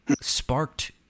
sparked